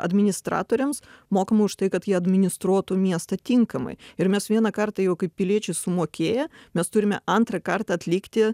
administratoriams mokama už tai kad jie administruotų miestą tinkamai ir mes vieną kartą jau kaip piliečiai sumokėję mes turime antrą kartą atlikti